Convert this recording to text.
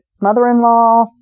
mother-in-law